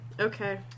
okay